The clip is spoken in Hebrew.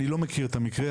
אני לא מכיר את המקרה,